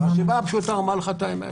מהסיבה הפשוטה, אומר לך את האמת,